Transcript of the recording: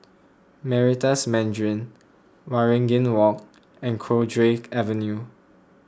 Meritus Mandarin Waringin Walk and Cowdray Avenue